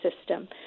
system